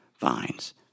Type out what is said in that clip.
vines